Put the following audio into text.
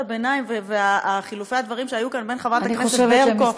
הביניים וחילופי הדברים שהיו כאן בין חברת הכנסת ברקו לחבר הכנסת